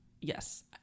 yes